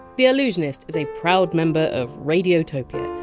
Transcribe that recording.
the allusionist is a proud member of radiotopia,